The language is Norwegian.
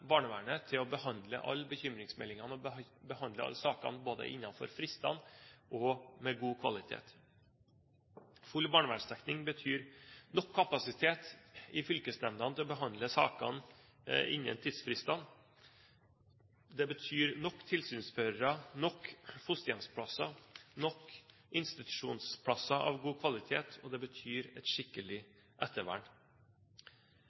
barnevernet til å behandle alle bekymringsmeldingene og behandle alle sakene innenfor fristene og med god kvalitet. Full barnevernsdekning betyr nok kapasitet i fylkesnemndene til å behandle sakene innen tidsfristene. Det betyr nok tilsynsførere, nok fosterhjemsplasser, nok institusjonsplasser av god kvalitet, og det betyr et